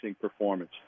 performance